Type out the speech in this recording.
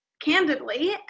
candidly